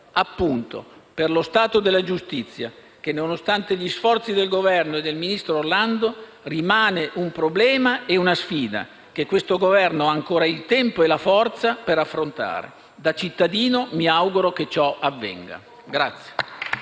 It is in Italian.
Appunto. Per lo stato della giustizia che, nonostante gli sforzi del Governo e del ministro Orlando, rimane un problema e una sfida che questo Governo ha ancora il tempo e la forza di poter affrontare. Da cittadino mi auguro che ciò avvenga.